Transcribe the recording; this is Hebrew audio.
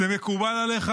זה מקובל עליך?